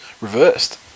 reversed